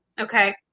Okay